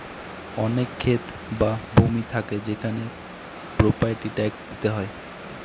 অনেক ক্ষেত বা ভূমি থাকে সেখানে প্রপার্টি ট্যাক্স দিতে হয়